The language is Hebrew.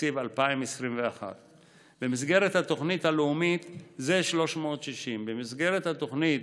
בתקציב 2021. זה 360. במסגרת התוכנית